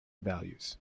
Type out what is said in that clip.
values